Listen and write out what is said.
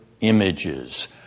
images